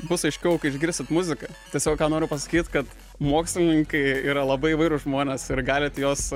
bus aiškiau kai išgirsit muziką tiesiog ką noriu pasakyt kad mokslininkai yra labai įvairūs žmonės ir galit juos